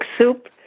Soup